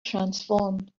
transformed